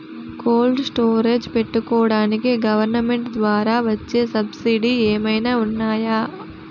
Cold storage పెట్టుకోడానికి government ద్వారా వచ్చే సబ్సిడీ ఏమైనా ఉన్నాయా?